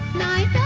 nine